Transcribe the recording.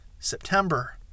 September